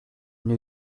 new